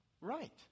right